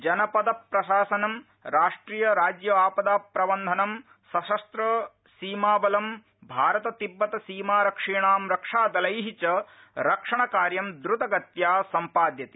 जनपद प्रशासनं राष्ट्रिय राज्य आपदा प्रबंधनं सशस्त्र सीमाबलं भारततिब्बतसीमारक्षीणां रक्षा दलै च रक्षणकार्यं द्रतगत्या सम्पाद्यते